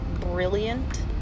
brilliant